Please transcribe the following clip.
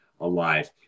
alive